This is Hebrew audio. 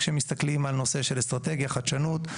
כשמתסכלים על נושא של אסטרטגיה וחדשנות,